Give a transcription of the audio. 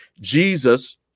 Jesus